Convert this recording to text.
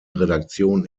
redaktion